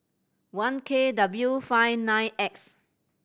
one K W five nine X